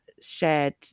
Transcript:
shared